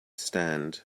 stand